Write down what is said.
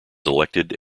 elected